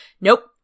Nope